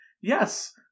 Yes